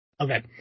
okay